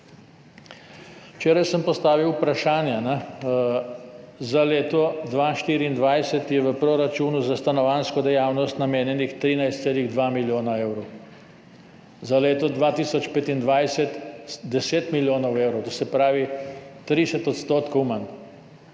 Včeraj sem postavil vprašanje, za leto 2024 je v proračunu za stanovanjsko dejavnost namenjenih 13,2 milijona evrov, za leto 2025 10 milijonov evrov, to se pravi 30 % manj.